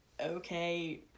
okay